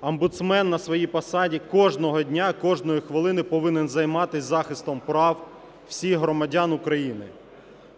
омбудсмен на своїй посаді кожного дня, кожної хвилини повинен займатися захистом прав всіх громадян України.